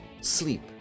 Sleep